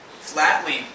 flatly